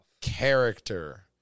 character